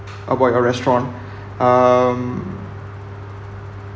about your restaurant um